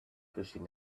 between